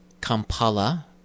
Kampala